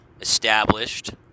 established